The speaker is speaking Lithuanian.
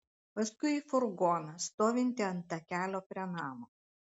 paskui į furgoną stovintį ant takelio prie namo